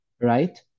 Right